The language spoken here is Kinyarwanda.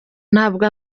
ntabwo